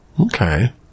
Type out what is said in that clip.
Okay